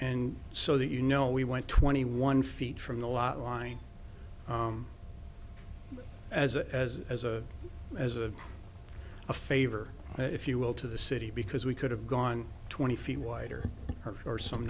and so that you know we went twenty one feet from the lot line as a as as a as a a favor if you will to the city because we could have gone twenty feet wider or some